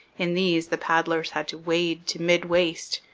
in these the paddlers had to wade to mid-waist,